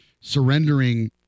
surrendering